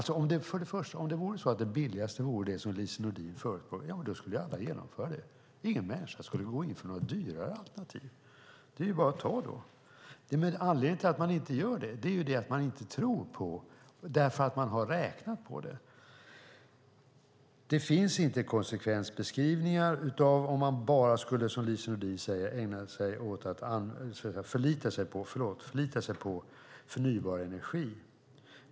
Om det billigaste vore det som Lise Nordin föreslår skulle ju alla genomföra det. Ingen människa skulle gå in för ett dyrare alternativ. Det är ju bara att ta det. Men anledningen till att man inte gör det är att man inte tror på det eftersom man har räknat på det. Det finns inga konsekvensbeskrivningar av vad det skulle innebära om man bara, som Lise Nordin säger, skulle förlita sig på förnybar energi.